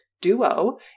duo